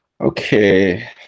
Okay